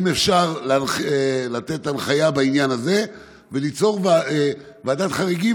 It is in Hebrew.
אם אפשר לתת הנחיה בעניין הזה וליצור ועדת חריגים,